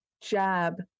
jab